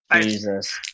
Jesus